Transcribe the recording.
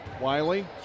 Wiley